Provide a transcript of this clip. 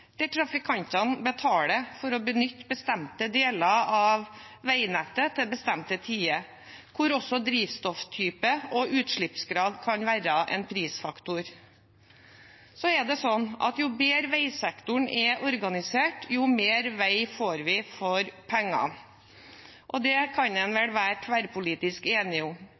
der trafikantene betaler for å benytte bestemte deler av veinettet til bestemte tider, der også drivstofftype og utslippsgrad kan være en prisfaktor. Jo bedre veisektoren er organisert, jo mer vei får vi for pengene. Det kan man vel være tverrpolitisk enig om.